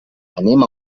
anem